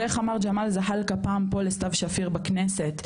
ואיך אמר ג'מאל זחאלקה פעם פה לסתיו שפיר בכנסת,